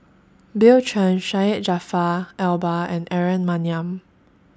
Bill Chen Syed Jaafar Albar and Aaron Maniam